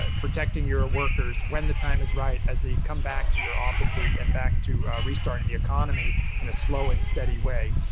ah protecting your ah workers, when the time is right, as they come back to your offices and back to restarting the economy in a slow and steady way.